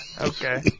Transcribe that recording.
Okay